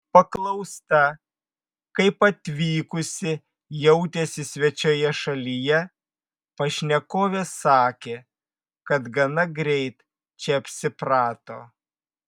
paklausta kaip atvykusi jautėsi svečioje šalyje pašnekovė sakė kad gana greit čia apsiprato